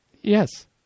Yes